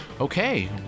Okay